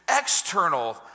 external